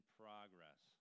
progress